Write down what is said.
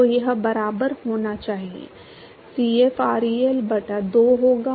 तो यह बराबर होना चाहिए Cf ReL बटा 2 होगा